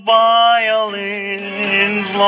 violins